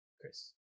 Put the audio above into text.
Chris